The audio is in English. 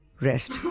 rest